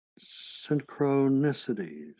synchronicities